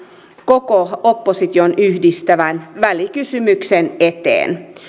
koko opposition yhdistävän välikysymyksen eteen